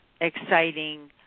exciting